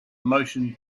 motion